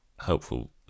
helpful